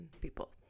people